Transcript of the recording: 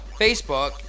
Facebook